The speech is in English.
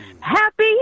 Happy